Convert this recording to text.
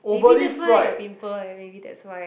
maybe that's why I got pimple leh maybe that's why